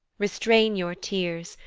restrain your tears,